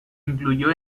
incluyó